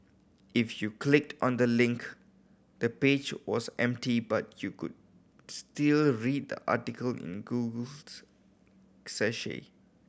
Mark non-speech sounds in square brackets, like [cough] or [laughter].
if you clicked on the link the page was empty but you could still read the article in Google's [unintelligible]